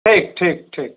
ठीक ठीक ठीक